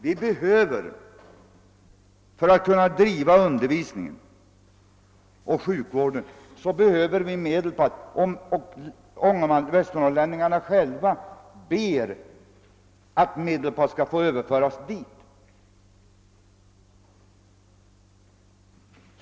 För att kunna driva undervisningen och sjukvården behöver vi Medelpad, och västernorrlänningarna själva ber att Medelpad skall få överföras till vår region.